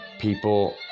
people